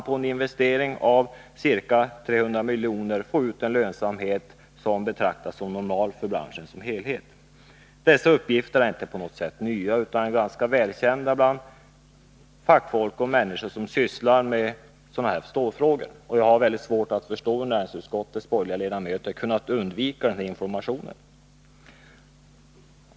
På en investering av ca 300 milj.kr. kan man få ut en lönsamhet som betraktas som normal för branschen som helhet. Dessa uppgifter är inte på något sett nya utan ganska välkända bland fackfolk och människor som sysslar med stålfrågor. Jag har väldigt svårt att förstå hur näringsutskottets borgerliga ledamöter kunnat undvika den informationen.